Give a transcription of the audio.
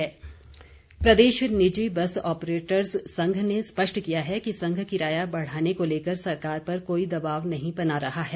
बस ऑपरेटर प्रदेश निजी बस ऑपरेटर्स संघ ने स्पष्ट किया है कि संघ किराया बढ़ाने को लेकर सरकार पर कोई दबाव नहीं बना रहा है